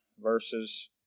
verses